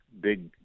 big